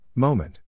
Moment